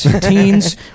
Teens